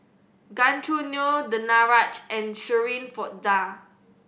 Gan Choo Neo Danaraj and Shirin Fozdar